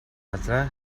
газраа